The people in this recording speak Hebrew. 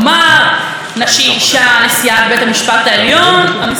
המשימה הסתיימה, הושלמה בהצלחה.